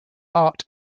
art